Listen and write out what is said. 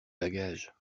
bagages